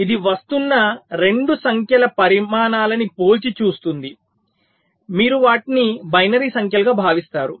ఇది వస్తున్న 2 సంఖ్యల పరిమాణాలను పోల్చి చూస్తుంది మీరు వాటిని బైనరీ సంఖ్యలుగా భావిస్తారు